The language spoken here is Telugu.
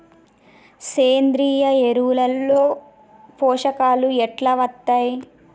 సేంద్రీయ ఎరువుల లో పోషకాలు ఎట్లా వత్తయ్?